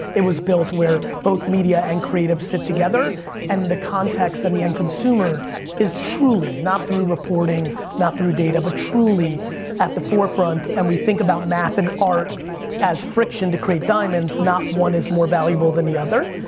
it was built where both media and creative sit together and the context and the end consumer is truly, not through reporting, not through data but truly at the forefront and we think about math and art as friction to create diamonds, not one is more valuable than the other.